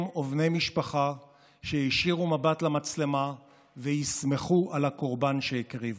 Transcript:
אם או בני משפחה שיישירו מבט למצלמה וישמחו על הקורבן שהקריבו.